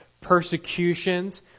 persecutions